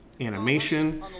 animation